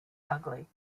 ugly